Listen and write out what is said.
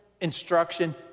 instruction